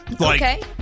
Okay